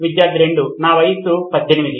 విద్యార్థి 2 నా వయసు 18